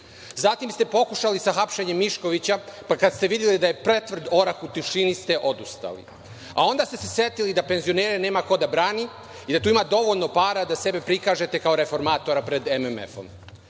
Zatim ste pokušali sa hapšenjem Miškovića, pa kada ste videli da je pretvrd orah, u tišini ste odustali. Onda se setili da penzionere nema ko da brani i da tu ima dovoljno para da sebe prikažete kao reformatora pred MMF.